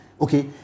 okay